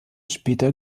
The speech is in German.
später